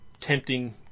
tempting